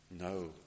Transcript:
No